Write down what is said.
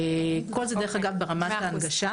כל זה, אגב, ברמה של ההנגשה.